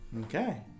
Okay